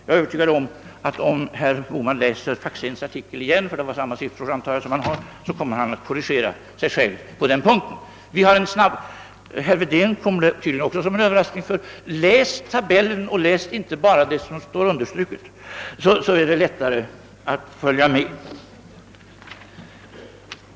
Jag är övertygad om att om herr Bohman läser Faxéns artikel igen — det var väl samma siffror, antar jag, som han har — så kommer herr Bohman att korrigera sig själv på den punkten. — Herr Wedén kom det tydligen också som en överraskning för. Men läs tabellen, läs inte bara det som står understruket, så blir det lättare att följa med!